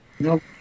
Nope